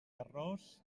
errors